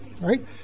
right